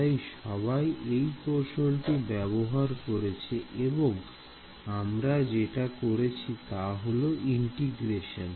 তাই সবাই এই কৌশলটা ব্যবহার করেছে এবং আমরা যেটা করেছি তা হল ইন্টিগ্রেশন